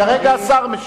כרגע השר משיב.